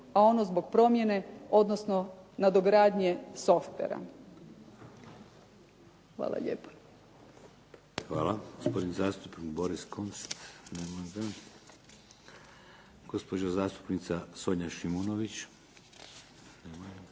a ono zbog promjene, odnosno nadogradnje softvera. Hvala lijepa. **Šeks, Vladimir (HDZ)** Hvala. Gospodin zastupnik Boris Kunst. Nema ga. Gospođa zastupnica Sonja Šimunović.